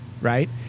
right